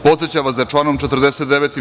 Podsećam vas da je, članom 49.